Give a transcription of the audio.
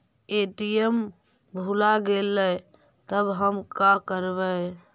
ATM भुला गेलय तब हम काकरवय?